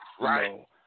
right